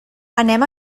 anem